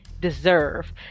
deserve